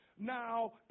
Now